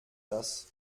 das